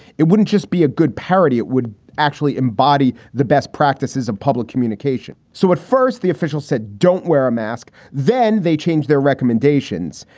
it wouldn't just be a good parody. it would actually embody the best practices of public communication. so at first the official said, don't wear a mask. then they change their recommendations.